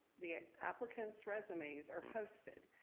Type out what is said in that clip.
the applicants' resumes are posted.